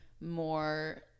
more